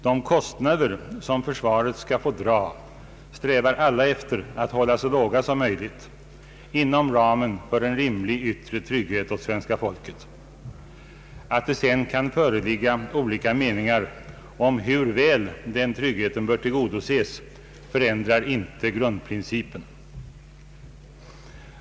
De kostnader som försvaret skall få dra strävar alla efter att hålla så låga som möj ligt inom ramen för en rimlig yttre trygghet åt svenska folket. Att det sedan kan föreligga olika meningar om hur väl den tryggheten bör tillgodoses förändrar inte grundprincipen.